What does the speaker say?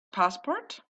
passport